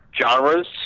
genres